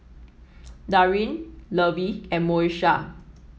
Darin Lovey and Moesha